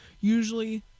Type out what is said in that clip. usually